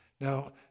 Now